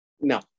no